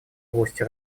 области